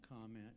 comment